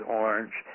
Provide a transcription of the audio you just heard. orange